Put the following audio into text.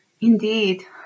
Indeed